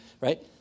right